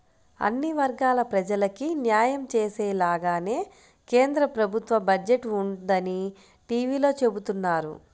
అన్ని వర్గాల ప్రజలకీ న్యాయం చేసేలాగానే కేంద్ర ప్రభుత్వ బడ్జెట్ ఉందని టీవీలో చెబుతున్నారు